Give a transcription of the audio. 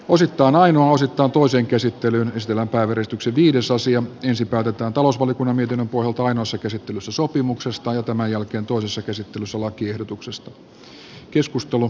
uusitaan aino asettautui sen käsittelyyn pystyvän pääväristykset ensin päätetään talousvaliokunnan mietinnön pohjalta ainoassa käsittelyssä sopimuksesta ja tämän jälkeen toisessa käsittelyssä lakiehdotuksesta